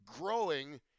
growing